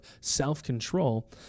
self-control